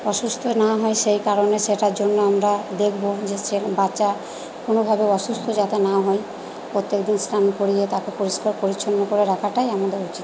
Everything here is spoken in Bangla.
অসুস্থ না হয় সেই কারণে সেটার জন্য আমরা দেখবো যে সে বাচ্চা কোনোভাবে অসুস্থ যাতে না হয় প্রত্যেকদিন স্নান করিয়ে তাকে পরিষ্কার পরিছন্ন করে রাখাটাই আমাদের উচিত